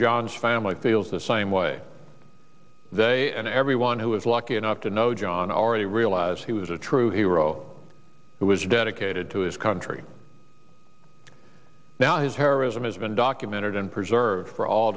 john's family feels the same way they and everyone who is lucky enough to know john already realize he was a true hero who was dedicated to his country now his heroism has been documented in preserved for all